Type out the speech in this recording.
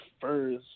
first